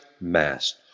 Mass